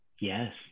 Yes